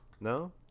No